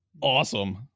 awesome